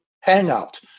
Hangout